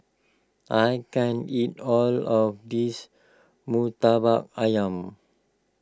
I can't eat all of this Murtabak Ayam